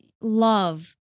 love